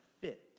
fit